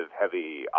heavy